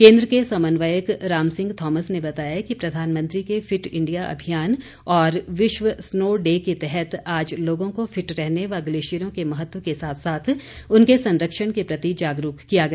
केन्द्र के समन्वयक रामसिंह थॉमस ने बताया कि प्रधानमंत्री के फिट इंडिया अभियान और विश्व स्नो डे के तहत आज लोगों को फिट रहने व ग्लेशियरों के महत्व के साथ साथ उनके संरक्षण के प्रति जागरूक किया गया